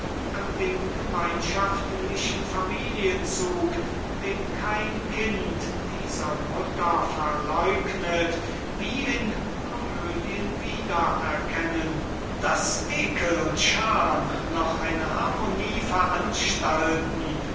an dem gemeinschaftlichen familienzug den kein kind dieser mutter verleugnet wie in komödien wieder erkennen daß ekel und scham noch eine harmonie veranstalten